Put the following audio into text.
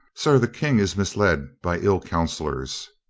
sir, the king is misled by ill counselors.